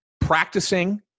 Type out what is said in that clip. practicing